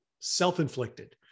self-inflicted